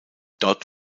dort